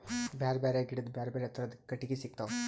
ಬ್ಯಾರೆ ಬ್ಯಾರೆ ಗಿಡದ್ ಬ್ಯಾರೆ ಬ್ಯಾರೆ ಥರದ್ ಕಟ್ಟಗಿ ಸಿಗ್ತವ್